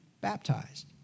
baptized